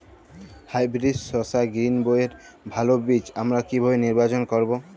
Hybrid শসা গ্রীনবইয়ের ভালো বীজ আমরা কিভাবে নির্বাচন করব?